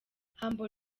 humble